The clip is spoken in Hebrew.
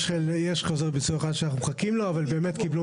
יש חוזר ביצוע אחד שאנחנו מחכים לו אבל באמת קיבלו